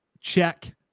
check